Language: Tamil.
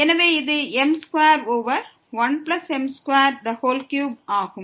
எனவே இது m2 ஓவர் 1m23 ஆகும்